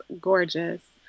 gorgeous